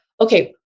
Okay